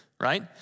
right